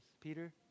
Peter